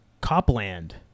Copland